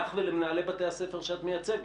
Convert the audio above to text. לך ולמנהלי בתי הספר שאת מייצגת.